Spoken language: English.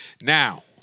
Now